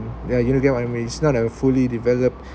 ya you don't get what I mean it's not a fully developed